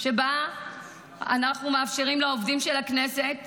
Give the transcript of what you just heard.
שבה אנחנו מאפשרים לעובדים של הכנסת